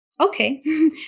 okay